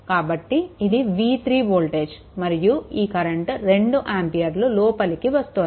కాబట్టి ఇది v3 voltage మరియు ఈ కరెంట్ 2 ఆంపియర్లు లోపలికి వస్తుంది